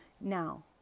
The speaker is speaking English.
Now